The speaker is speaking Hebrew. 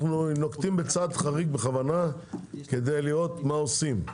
אנחנו נוקטים בצעד חריג בכוונה כדי לראות מה עושים,